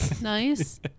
Nice